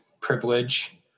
privilege